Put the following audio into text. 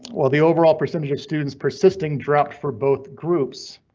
while the overall percentage of students persisting dropped for both groups,